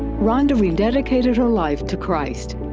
rhonda rededicated her life to christ.